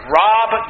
rob